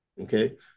Okay